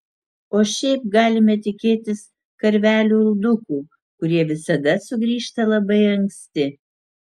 o šiaip galime tikėtis karvelių uldukų kurie visada sugrįžta labai anksti